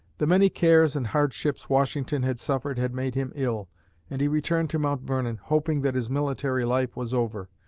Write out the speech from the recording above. the many cares and hardships washington had suffered had made him ill and he returned to mount vernon, hoping that his military life was over.